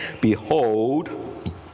behold